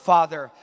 Father